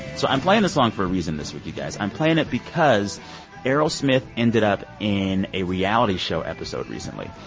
so i'm playing this song for a reason this week, you guys. i'm playing it because aerosmith ended up in a reality show episode recently.